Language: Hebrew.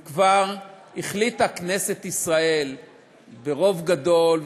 וכבר החליטה כנסת ישראל ברוב גדול,